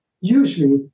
usually